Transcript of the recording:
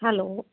hello